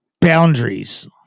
boundaries